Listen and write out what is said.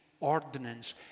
ordinance